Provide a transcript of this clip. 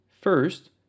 First